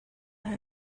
her